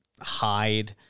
hide